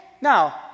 Now